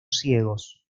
ciegos